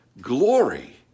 glory